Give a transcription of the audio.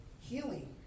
healing